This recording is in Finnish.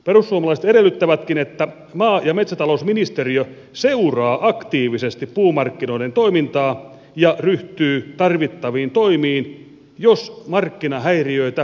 perussuomalaiset edellyttävätkin että maa ja metsätalousministeriö seuraa aktiivisesti puumarkkinoiden toimintaa ja ryhtyy tarvittaviin toimiin jos markkinahäiriöitä esiintyy